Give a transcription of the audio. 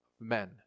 men